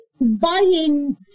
buying